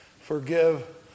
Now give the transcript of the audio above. forgive